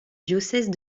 diocèse